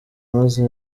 maze